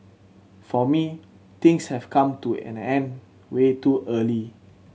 for me things have come to an end way too early